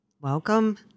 Welcome